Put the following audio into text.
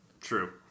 True